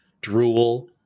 Drool